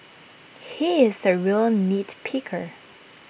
he is A real nitpicker